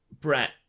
Brett